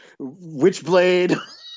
Witchblade